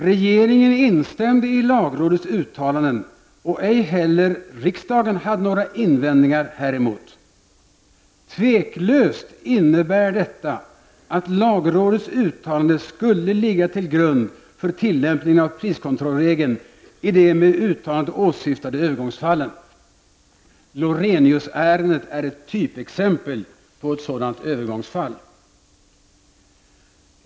Regeringen instämde i lagrådets uttalanden, och ej heller riksdagen hade några invändningar häremot. Tveklöst innebär detta att lagrådets uttalande skulle ligga till grund för tillämpningen av priskontrollregeln i de med uttalandet åsyftade övergångsfallen. Loreniusärendet är ett typexempel på ett sådant övergångsfall.